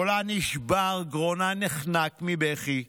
קולה נשבר, גרונה נחנק מבכי,